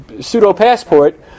pseudo-passport